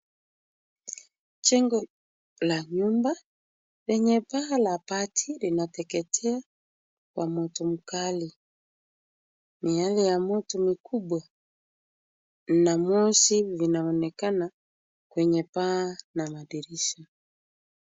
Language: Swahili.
Jengo la nyumba lenye paa la bati linateketea kwa moto mkali. Miale ya moto mkubwa na moshi linaonekana kwenye paa na madirisha.